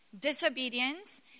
disobedience